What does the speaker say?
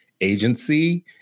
agency